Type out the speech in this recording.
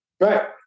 right